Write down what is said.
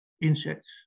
insects